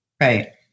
Right